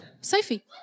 Sophie